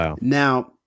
Now